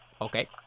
okay